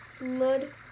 Lud